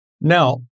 Now